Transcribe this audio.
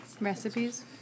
Recipes